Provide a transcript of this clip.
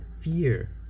fear